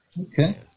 Okay